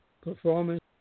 performance